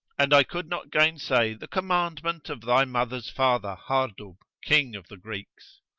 and i could not gainsay the commandment of thy mother's father, hardub, king of the greeks.